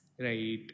Right